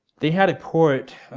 they had a port,